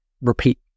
repeat